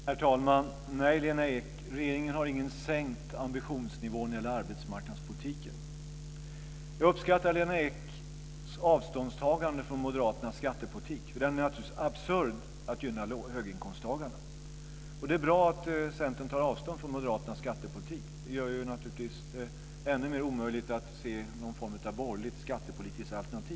Herr talman! Nej, Lena Ek, regeringen har ingen sänkt ambitionsnivå när det gäller arbetsmarknadspolitiken. Jag uppskattar Lena Eks avståndstagande från moderaternas skattepolitik. Den är naturligtvis absurd när det gäller att gynna höginkomsttagarna. Det är bra att Centern tar avstånd från moderaternas skattepolitik. Det gör det naturligtvis ännu mer omöjligt att se någon form av borgerligt skattepolitiskt alternativ.